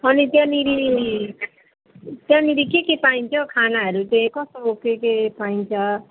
अनि त्यहाँनिर त्यहाँनिर के के पाइन्छ हौ खानाहरू चाहिँ कस्तो के के पाइन्छ